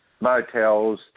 motels